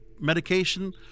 medication